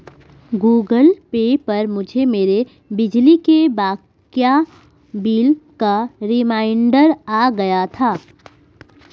Google Pay पर मुझे मेरे बिजली के बकाया बिल का रिमाइन्डर आ गया था